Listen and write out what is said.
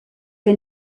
que